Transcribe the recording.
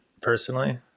personally